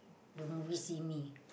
the movie see me